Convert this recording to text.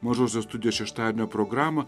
mažosios studijos šeštadienio programą